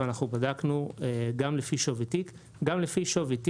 אנחנו בדקנו גם לפי שווי תיק.